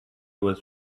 was